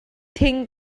thing